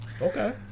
Okay